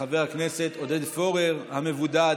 לחבר הכנסת עודד פורר המבודד